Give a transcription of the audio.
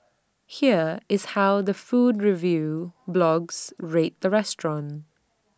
here is how the food review blogs rate the restaurant